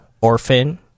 Orphan